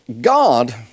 God